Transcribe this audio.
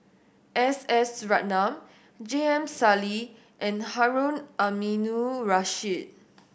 S S Ratnam J M Sali and Harun Aminurrashid